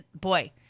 boy